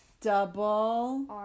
double